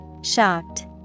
shocked